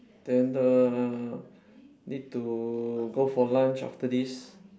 then err need to go for lunch after this